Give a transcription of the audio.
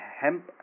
hemp